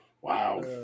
Wow